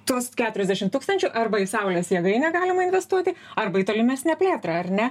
tuos keturiasdešim tūkstančių arba į saulės jėgainę galima investuoti arba į tolimesnę plėtrą ar ne